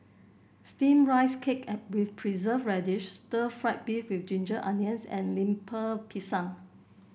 steamed Rice Cake with Preserved Radish Stir Fried Beef with Ginger Onions and Lemper Pisang